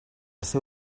seu